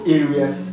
areas